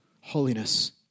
Holiness